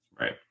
Right